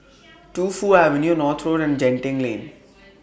Tu Fu Avenue North Road and Genting Lane